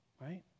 right